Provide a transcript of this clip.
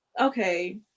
okay